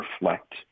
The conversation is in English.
reflect